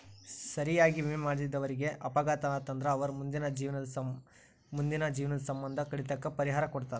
ಸರಿಯಾಗಿ ವಿಮೆ ಮಾಡಿದವರೇಗ ಅಪಘಾತ ಆತಂದ್ರ ಅವರ್ ಮುಂದಿನ ಜೇವ್ನದ್ ಸಮ್ಮಂದ ಕಡಿತಕ್ಕ ಪರಿಹಾರಾ ಕೊಡ್ತಾರ್